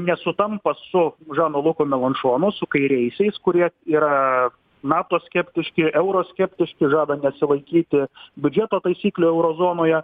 nesutampa su žanu luku melanšonu su kairiaisiais kurie yra nato skeptiški euroskeptiški žada nesilaikyti biudžeto taisyklių euro zonoje